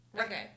okay